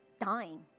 dying